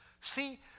...see